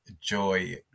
joy